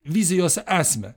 vizijos esmę